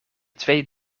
twee